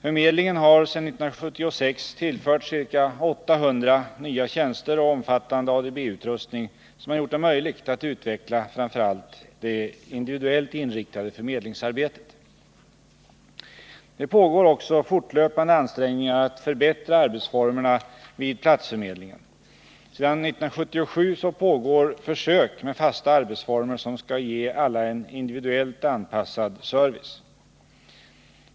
Förmedlingen har sedan 1976 tillförts ca 800 nya tjänster och omfattande ADB-utrustning som har gjort det möjligt att utveckla framför allt det individuellt inriktade förmedlingsarbetet. Det pågår också fortlöpande ansträngningar att förbättra arbetsformerna vid platsförmedlingen. Sedan 1977 pågår försök med fasta arbetsformer som skall ge alla en individuellt anpassad service.